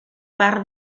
part